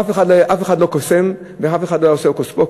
אף אחד לא קוסם ואף אחד לא יעשה הוקוס-פוקוס,